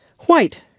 White